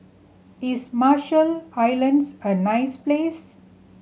is Marshall Islands a nice place